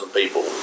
people